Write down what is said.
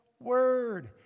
word